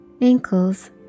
ankles